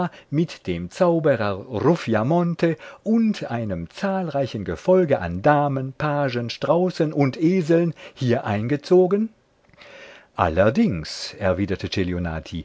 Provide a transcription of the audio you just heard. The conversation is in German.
mit dem zauberer ruffiamonte und einem zahlreichen gefolge an damen pagen straußen und eseln hier eingezogen allerdings erwiderte